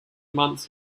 months